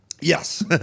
Yes